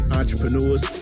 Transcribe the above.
entrepreneurs